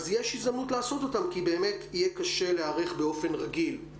יש הזדמנות לעשות אותם כי באמת יהיה קשה להיערך באופן רגיל.